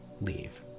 leave